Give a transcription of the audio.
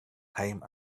time